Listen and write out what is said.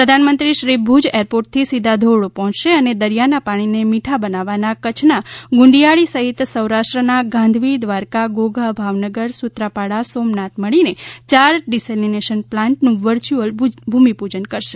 પ્રધાનમંત્રીશ્રી ભુજ એરપોર્ટથી સીધા ધોરડો પહોંચશે અને દરિયાના પાણીને મીઠા બનાવવાના કચ્છના ગુંદિયાળી સહિત સૌરાષ્ટ્રના ગાંધીવી દ્વારકા ઘોઘા ભાવનગર સુત્રાપાડા સોમનાથ મળીને ચાર ડિસેલીનેશન પ્લાન્ટનું વર્ચ્યુઅલ ભૂમિપૂજન કરશે